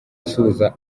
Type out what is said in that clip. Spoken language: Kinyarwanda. asuhuza